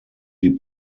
die